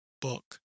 book